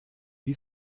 wie